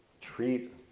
treat